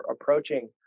approaching